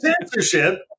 censorship